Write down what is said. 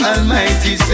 Almighty